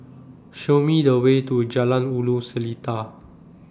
Show Me The Way to Jalan Ulu Seletar